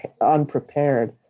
unprepared